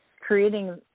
creating